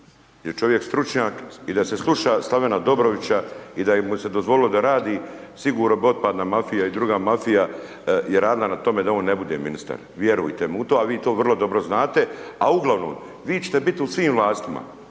je čovjek stručnjak i da se sluša Slavena Dobrovića i da mu se je dozvolilo da radi, sigurno bi otpadna mafija i druga mafija i radila na tome da on ne bude ministar, vjerujte mi u to, a vi to vrlo dobro znate. A uglavnom, vi ćete biti u svim vlastima,